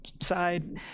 side